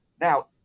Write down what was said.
Now